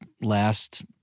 last